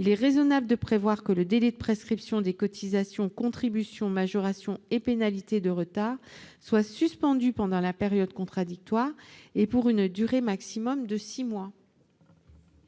Il est raisonnable de prévoir que le délai de prescription des cotisations, contributions, majorations et pénalités de retard soit suspendu pendant la période contradictoire et pour une durée maximale de six mois.